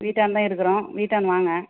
வீட்டாண்ட தான் இருக்கிறோம் வீட்டாண்ட வாங்க